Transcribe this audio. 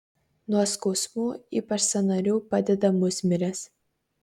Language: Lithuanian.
nuo skausmų ypač sąnarių padeda musmirės